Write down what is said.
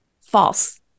false